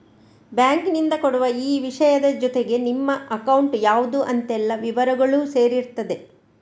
ಬ್ಯಾಂಕಿನಿಂದ ಕೊಡುವ ಈ ವಿಷಯದ ಜೊತೆಗೆ ನಿಮ್ಮ ಅಕೌಂಟ್ ಯಾವ್ದು ಅಂತೆಲ್ಲ ವಿವರಗಳೂ ಸೇರಿರ್ತದೆ